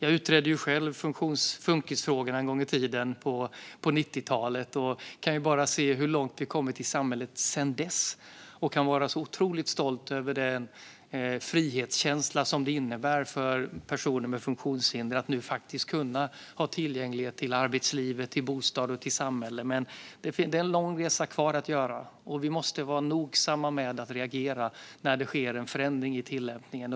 Jag utredde själv funkisfrågorna en gång i tiden, på 90-talet, och kan bara se hur långt vi har kommit i samhället sedan dess och vara otroligt stolt över den frihetskänsla det innebär för personer med funktionshinder att nu faktiskt ha tillgänglighet när det gäller arbetsliv, bostad och samhälle. Men det är en lång resa kvar att göra, och vi måste vara noga med att reagera när det sker en förändring i tillämpningen.